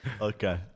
Okay